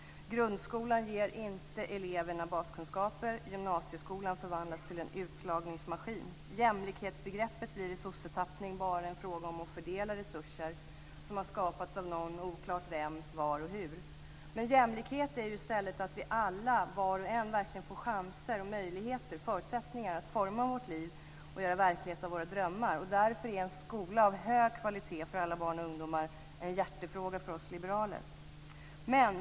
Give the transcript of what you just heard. Grundskolan ger inte eleverna baskunskaper. Gymnasieskolan förvandlas till en utslagningsmaskin. Jämlikhetsbegreppet blir i sossetappning bara en fråga om att fördela resurser som har skapats av någon, oklart vem, var och hur. Jämlikhet är ju i stället att vi alla var och en verkligen får chanser, möjligheter och förutsättningar att forma våra liv och göra verklighet av våra drömmar. Därför är en skola av hög kvalitet för alla barn och ungdomar en hjärtefråga för oss liberaler.